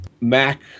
Mac